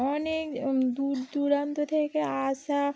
অনেক দূর দূরান্ত থেকে আসা